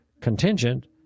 contingent